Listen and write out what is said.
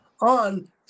on